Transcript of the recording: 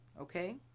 okay